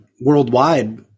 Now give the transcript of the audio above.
worldwide